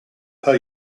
per